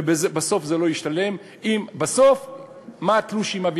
ובסוף זה לא ישתלם.